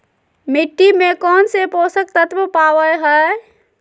मिट्टी में कौन से पोषक तत्व पावय हैय?